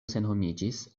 senhomiĝis